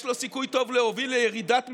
יש לו סיכוי טוב להוביל לירידת מחירים,